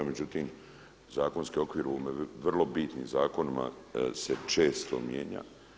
Međutim, zakonski okvir u vrlo bitnim zakonima se često mijenja.